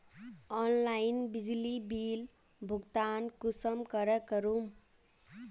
Online बिजली bill भुगतान कुंसम करे करूम?